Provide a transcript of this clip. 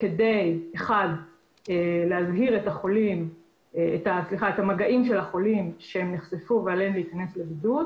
כדי להזהיר את המגעים של החולים שנחשפו שעליהם להיכנס לבידוד,